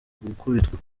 gukubitwa